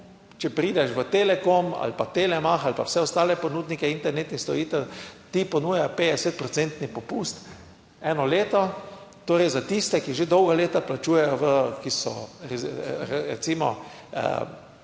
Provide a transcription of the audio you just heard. če prideš v Telekom ali pa Telemach ali pa vse ostale ponudnike internetnih storitev, ti ponuja 50 procentni popust eno leto, torej, za tiste, ki že dolga leta plačujejo, ki so recimo